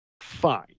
Fine